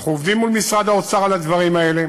אנחנו עובדים מול משרד האוצר על הדברים האלה.